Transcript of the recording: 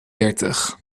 dertig